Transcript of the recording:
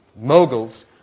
moguls